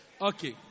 Okay